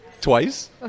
Twice